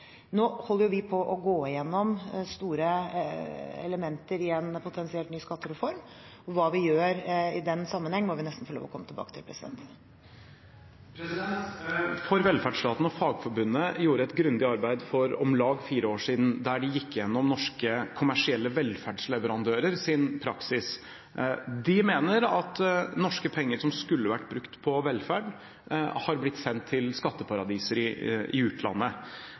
Nå holder vi på med å gå gjennom store elementer i en potensielt ny skattereform. Hva vi gjør i den sammenheng, må vi nesten få lov til å komme tilbake til. «For velferdsstaten» og Fagforbundet gjorde et grundig arbeid for om lag fire år siden, der de gikk gjennom norske kommersielle velferdsleverandørers praksis. De mener at norske penger som skulle vært brukt på velferd, har blitt sendt til skatteparadiser i utlandet. Det er et problem som vil øke i